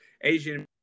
Asian